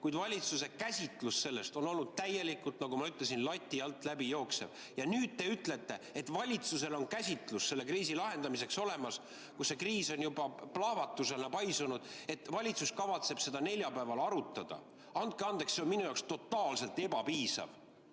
Kuid valitsuse käsitlus sellest on olnud täielikult, nagu ma ütlesin, lati alt läbi jooksev. Ja nüüd te ütlete, et valitsusel on käsitlus selle kriisi lahendamiseks olemas – nüüd, kus see kriis on juba plahvatusena paisunud – ja valitsus kavatseb seda neljapäeval arutada. Andke andeks, aga see on minu jaoks totaalselt ebapiisav.